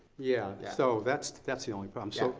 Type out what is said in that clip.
yeah, so that's that's the only problem. so